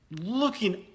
looking